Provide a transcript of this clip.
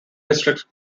districts